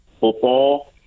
football